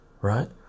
right